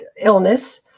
illness